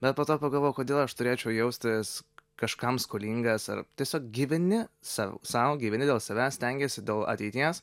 bet po to pagalvojau kodėl aš turėčiau jaustis kažkam skolingas ar tiesiog gyveni sau sau gyveni dėl savęs stengiesi dėl ateities